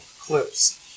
clips